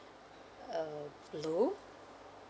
uh blue